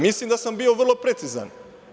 Mislim da sam bio vrlo precizan.